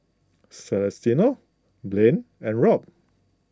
Celestino Blane and Robb